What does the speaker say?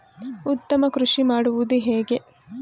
ಉತ್ತಮ ಕೃಷಿ ಮಾಡುವುದು ಹೇಗೆ?